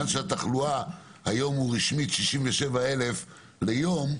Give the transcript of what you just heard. היום העניין של התחלואה הוא רשמית 67 אלף ליום,